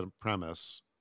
premise